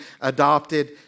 adopted